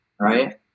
right